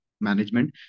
management